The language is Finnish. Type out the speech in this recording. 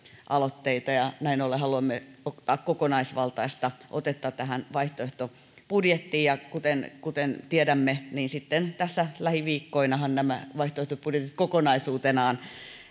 aloitteita ja näin ollen haluamme ottaa kokonaisvaltaista otetta tähän vaihtoehtobudjettiin kuten kuten tiedämme niin sitten tässä lähiviikkoinahan nämä vaihtoehtobudjetit kokonaisuutenaan